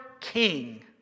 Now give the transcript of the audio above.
king